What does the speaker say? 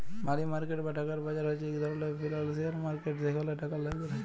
মালি market বা টাকার বাজার হছে ইক ধরলের ফিল্যালসিয়াল মার্কেট যেখালে টাকার লেলদেল হ্যয়